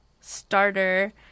starter